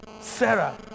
Sarah